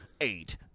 Eight